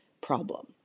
problem